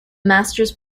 masters